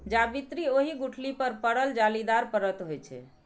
जावित्री ओहि गुठली पर पड़ल जालीदार परत होइ छै